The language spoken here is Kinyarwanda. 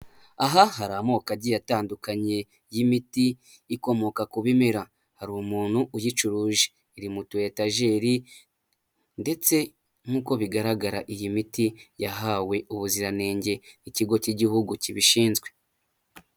Aha hari amokoko agiye atandukanye y'imiti ikomoka ku bimera, hari umuntu uyicuruje iri mu tu etajeri ndetse nk'uko bigaragara iyi miti yahawe ubuziranenge n'ikigo cy'igihugu kibishinzwe.